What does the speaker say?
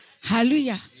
hallelujah